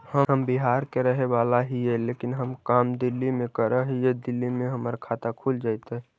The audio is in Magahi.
हम बिहार के रहेवाला हिय लेकिन हम काम दिल्ली में कर हिय, दिल्ली में हमर खाता खुल जैतै?